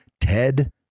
Ted